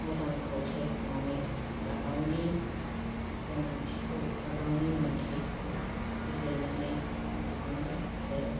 मोजांखौ सायख'नानै बा गावनि गोनांथिखौ बा गावनि मोन्थाइखौ बिजिरनानै दिहुनबाय आरो